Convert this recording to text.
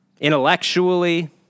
intellectually